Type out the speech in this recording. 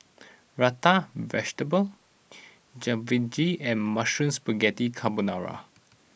Raita Vegetable Jalfrezi and Mushroom Spaghetti Carbonara